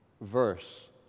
verse